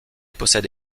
possède